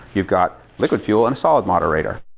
you've got liquid fuel in a solid moderator.